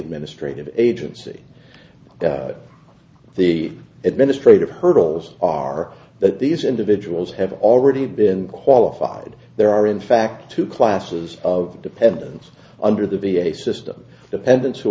administrative agency the administrative hurdles are that these individuals have already been qualified there are in fact two classes of dependents under the v a system dependents who